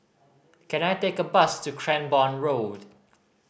can I take a bus to Cranborne Road